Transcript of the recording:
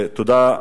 תודה.